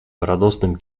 radosnym